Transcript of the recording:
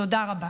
תודה רבה.